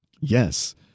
yes